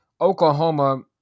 Oklahoma